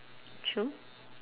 true